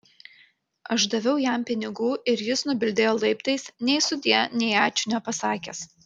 aš daviau jam pinigų ir jis nubildėjo laiptais nei sudie nei ačiū nepasakęs